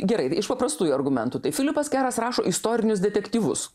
gerai iš paprastųjų argumentų tai filipas keras rašo istorinius detektyvus